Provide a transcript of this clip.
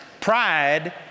pride